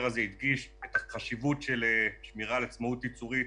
הזה הדגיש את החשיבות של שמירה על עצמאות ייצורית,